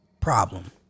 problem